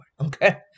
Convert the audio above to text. Okay